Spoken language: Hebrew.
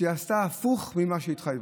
שהיא עשתה הפוך ממה שהיא התחייבה.